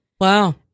Wow